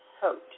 hurt